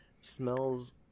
smells